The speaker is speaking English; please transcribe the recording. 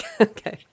Okay